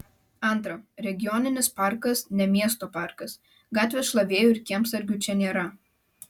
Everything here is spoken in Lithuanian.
antra regioninis parkas ne miesto parkas gatvės šlavėjų ir kiemsargių čia nėra